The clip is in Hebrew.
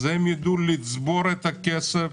הם ידעו לצבור את הכסף